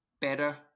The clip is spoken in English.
better